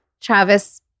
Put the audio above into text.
Travis